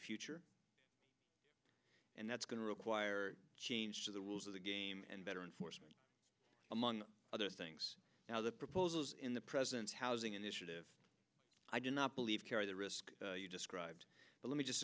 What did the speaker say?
future and that's going to require a change to the rules of the game and better enforcement among other things now the proposals in the president's housing initiative i do not believe carry the risk you described let me just